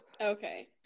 okay